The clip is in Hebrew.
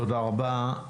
תודה רבה.